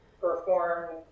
performed